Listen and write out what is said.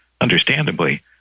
understandably